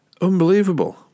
Unbelievable